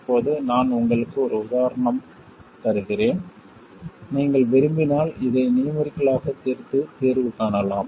இப்போது நான் உங்களுக்கு ஒரு உதாரணம் தருகிறேன் நீங்கள் விரும்பினால் இதை நியூமெரிக்கல் ஆக தீர்த்து தீர்வு காணலாம்